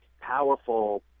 powerful